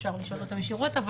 אפשר לשאול אותם ישירות.